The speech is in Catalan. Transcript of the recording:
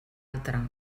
altra